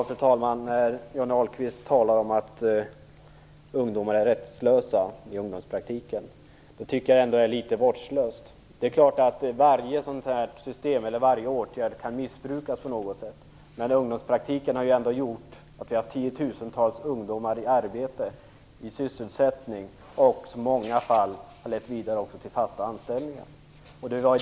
Fru talman! Johnny Ahlqvist talar om att ungdomarna är rättslösa i ungdomspraktiken. Jag tycker att det är litet vårdslöst. Varje system eller åtgärd kan naturligtvis missbrukas på något sätt, men ungdomspraktiken har ändå medfört att vi har tiotusentals ungdomar i sysselsättning, och den har också i många fall lett till fasta anställningar.